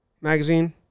magazine